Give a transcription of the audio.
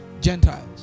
Gentiles